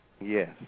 Yes